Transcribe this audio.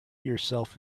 yourself